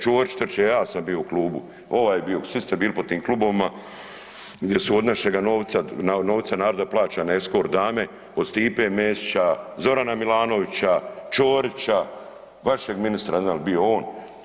Ćorić … ja sam bio u klubu, ovaj je bio, svi ste bili po tim klubovima gdje su od našega novca, novca naroda plaćane eskort dame od Stipe Mesića, Zorana Milanovića, Ćorića, vašeg ministra ne znam jel bio on.